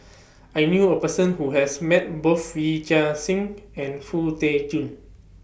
I knew A Person Who has Met Both Yee Chia Hsing and Foo Tee Jun